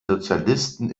sozialisten